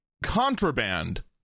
contraband